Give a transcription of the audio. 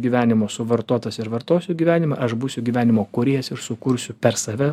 gyvenimo suvartotas ir vartosiu gyvenimą aš būsiu gyvenimo kūrėjas ir sukursiu per save